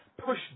push